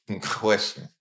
Question